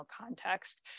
context